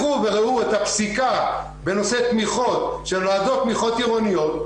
לכו וראו את הפסיקה בנושא תמיכות של ועדות תמיכות עירוניות,